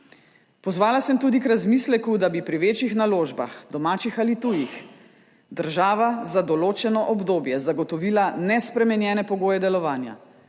Pozvala sem tudi k razmisleku, da bi pri večjih naložbah, domačih ali tujih, država za določeno obdobje zagotovila nespremenjene pogoje delovanja.